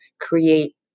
create